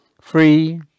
free